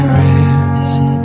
rest